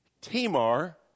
Tamar